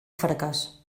fracàs